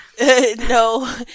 No